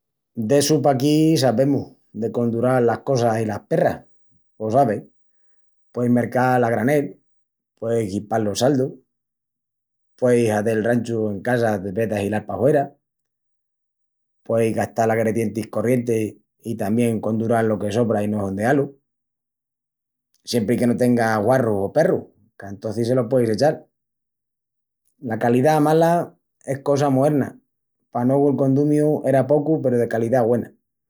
D'essu paquí sabemus, de condural las cosas i las perras. Pos ave, pueis mercal a granel, pueis guipal los saldus, pueis hazel ranchu en casa de vès d'ahilal pahuera, pueis gastal agredientis corrientis i tamién condural lo que sobra i no hondeá-lu; siempri que no tengas guarrus o perrus, qu'antocis se lo pueis echal. La calidá mala es cosa moerna, pa nogu el condumiu era pocu peru de calidá güena.